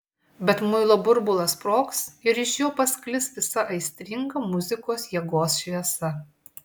bet muilo burbulas sprogs ir iš jo pasklis visa aistringa muzikos jėgos šviesa